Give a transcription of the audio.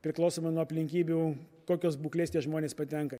priklausomai nuo aplinkybių kokios būklės tie žmonės patenka